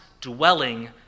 dwelling